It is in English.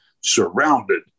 surrounded